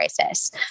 crisis